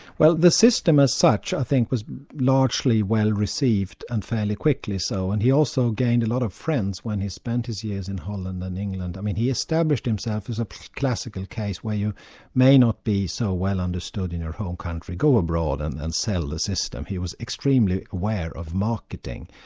well the system as such i think was largely well received and fairly quickly so, and he also gained a lot of friends when he spent his years in holland and england. um he established himself as a classical case where you may not be so well understood in your home country, go abroad and and sell the system. he was extremely aware of marketing,